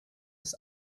des